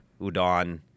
Udon